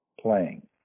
playing